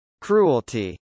Cruelty